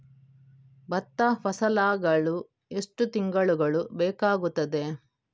ಭತ್ತ ಫಸಲಾಗಳು ಎಷ್ಟು ತಿಂಗಳುಗಳು ಬೇಕಾಗುತ್ತದೆ?